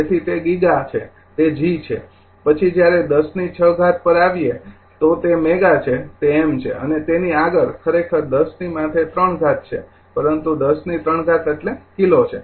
તેથી તે ગીગા છે તે G છે પછી જ્યારે 10 ની ૬ ઘાત પર આવીએ તે મેગા છે તે M છે અને તેની આગળ ખરેખર ૧૦૩ છે પરંતુ ૧૦ ની ૩ ઘાત એટલે કિલો છે